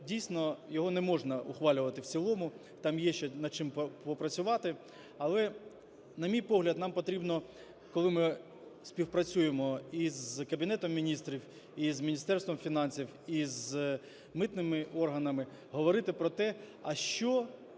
дійсно, його неможна ухвалювати в цілому, там є ще над чим попрацювати. Але, на мій погляд, нам потрібно, коли ми співпрацюємо і з Кабінетом Міністрів, і з Міністерством фінансів, і з митними органами, говорити про те, а що